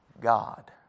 God